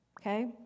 Okay